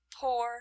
poor